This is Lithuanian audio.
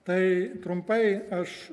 tai trumpai aš